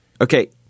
Okay